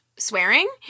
Swearing